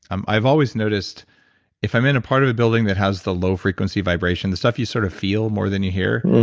i've always noticed if i'm in a part of the building that has the low frequency vibrations, stuff you sort of feel more than you hear,